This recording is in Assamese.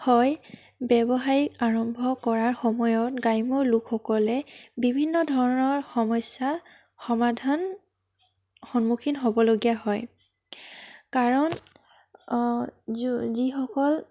হয় ব্য়ৱসায় আৰম্ভ কৰাৰ সময়ত গ্ৰাম্য় লোকসকলে বিভিন্ন ধৰণৰ সমস্য়াৰ সমাধান সন্মুখীন হ'বলগীয়া হয় কাৰণ অঁ যো যিসকল